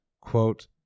quote